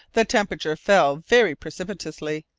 the temperature fell very perceptibly,